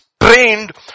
trained